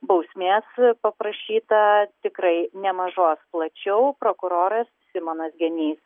bausmės paprašyta tikrai nemažos plačiau prokuroras simonas genys